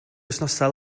wythnosau